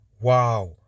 Wow